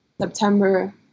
September